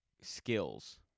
skills